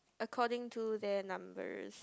according to their numbers